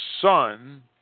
son